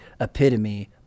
epitome